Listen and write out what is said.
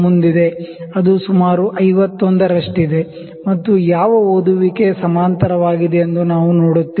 ಅದು ಸುಮಾರು 51 ರಷ್ಟಿದೆ ಮತ್ತು ಯಾವ ರೀಡಿಂಗ್ ಕೋಇನ್ಸೈಡ್ ವಾಗಿದೆ ಎಂದು ನಾವು ನೋಡುತ್ತೇವೆ